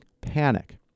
panic